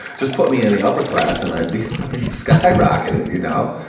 just put me in the upper class and i'd be skyrocketed, you know?